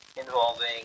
involving